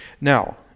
Now